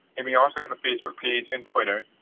and we also have a facebook page and twitter.